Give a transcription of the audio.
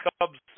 Cubs